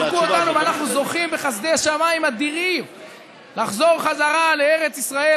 ואנחנו זוכים בחסדי השמיים אדירים לחזור חזרה לארץ ישראל,